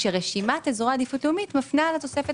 ורשימת אזורי עדיפות לאומית מפנה לתוספת